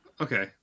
okay